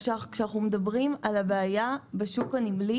כשאנחנו מדברים על הבעיה בשוק הנמלי,